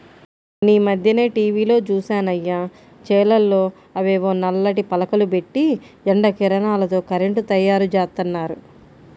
మొన్నీమధ్యనే టీవీలో జూశానయ్య, చేలల్లో అవేవో నల్లటి పలకలు బెట్టి ఎండ కిరణాలతో కరెంటు తయ్యారుజేత్తన్నారు